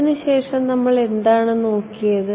അതിനുശേഷം നമ്മൾ എന്താണ് നോക്കിയത്